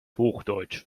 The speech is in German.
hochdeutsch